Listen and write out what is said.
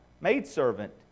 maidservant